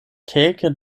kelke